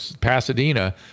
Pasadena